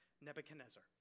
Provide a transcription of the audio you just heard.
Nebuchadnezzar